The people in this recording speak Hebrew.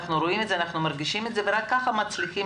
אנחנו רואים ומרגישים את זה ורק כך מצליחים